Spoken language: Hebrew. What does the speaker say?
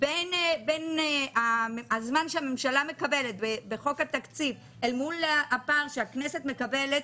בין הזמן שהממשלה מקבלת בחוק התקציב אל מול מה שהכנסת מקבלת,